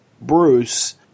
Bruce